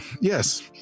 yes